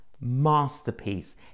masterpiece